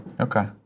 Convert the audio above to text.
Okay